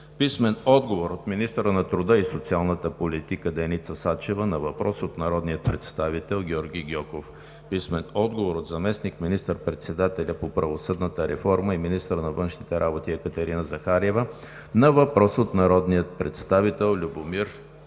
Александров; - министъра на труда и социалната политика Деница Сачева на въпрос от народния представител Георги Гьоков; - заместник министър-председателя по правосъдната реформа и министър на външните работи Екатерина Захариева на въпрос от народния представител Любомир Бонев;